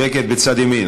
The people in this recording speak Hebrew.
שקט בצד ימין,